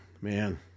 Man